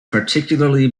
particularly